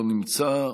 לא נמצא,